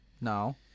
No